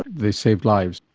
they saved lives.